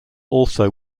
also